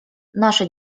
наша